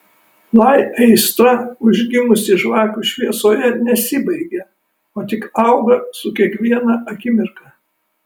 lai aistra užgimusi žvakių šviesose nesibaigia o tik auga su kiekviena akimirka